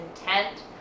intent